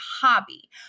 hobby